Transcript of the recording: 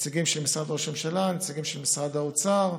נציגים של משרד ראש הממשלה, נציגים של משרד האוצר,